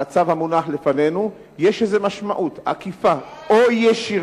האם בהצבעתנו על הצו המונח לפנינו יש איזה משמעות עקיפה או ישירה,